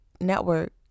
network